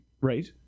Right